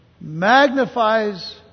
magnifies